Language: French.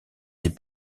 des